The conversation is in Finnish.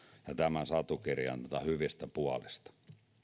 ja tämän satukirjan hyvistä puolista